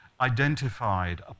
identified